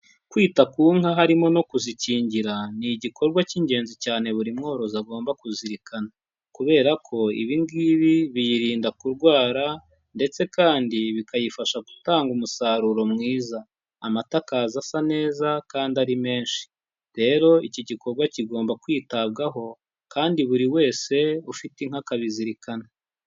Kwita ku nka harimo no kuzikingira ni igikorwa cy'ingenzi cyane buri mworozi agomba kuzirikana, kubera ko ibingibi biyirinda kurwara ndetse kandi bikayifasha gutanga umusaruro mwiza, amata akaza asa neza kandi ari menshi, rero iki gikorwa kigomba kwitabwaho kandi buri wese ufite inka akabizirikana.